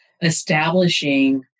establishing